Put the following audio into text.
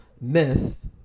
myth